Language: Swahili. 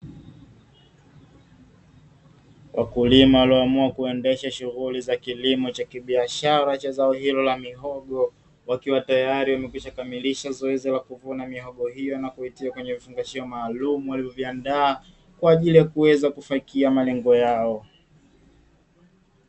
Wakulima walioamua kuendesha shughuli za kilimo cha kibiashara cha zao hilo la mihogo, wakiwa tayari wamekwisha kamiliha zoezi la kuvuna mihogo hiyo na kuitia kwenye vifungashio maalumu, walivyoviandaa kwa ajili ya kuweza kufanikisha malengo yao.